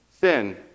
Sin